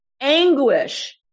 anguish